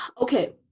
Okay